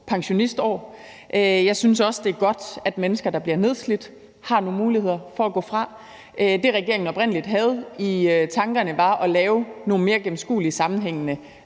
pensionistår. Jeg synes også, det er godt, at mennesker, der bliver nedslidt, har nogle muligheder for at gå fra. Det, regeringen oprindelig havde i tankerne, var at lave nogle mere gennemskuelige, sammenhængende